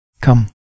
come